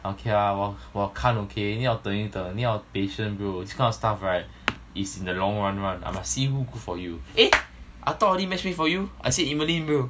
okay lah 我我看 okay 你要等一等你要 patient bro this kind of stuff right is in the long run one I must see who good for you eh I thought only matchmake for you I say emerlyn bro